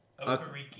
Okariki